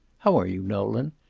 how are you, nolan?